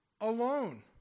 alone